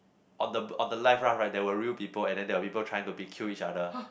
on the boat on the life raft right there were real people and then there were people trying to be kill each other